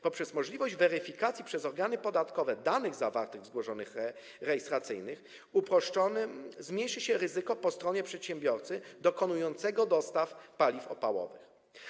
Poprzez możliwość weryfikacji przez organy podatkowe danych zawartych w zgłoszeniach rejestracyjnych uproszczonych zmniejszy się ryzyko po stronie przedsiębiorcy dokonującego dostaw paliw opałowych.